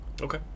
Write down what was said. Okay